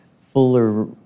fuller